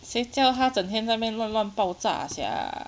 谁叫他整天在那边乱乱爆炸 sia